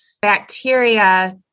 bacteria